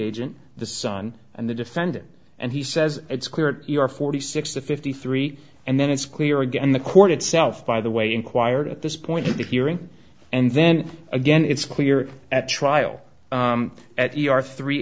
agent the son and the defendant and he says it's clear your forty six to fifty three and then it's clear again the court itself by the way inquired at this point if hearing and then again it's clear at trial at your three